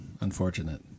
unfortunate